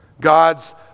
God's